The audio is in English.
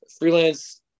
freelance